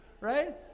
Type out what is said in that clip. Right